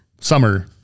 Summer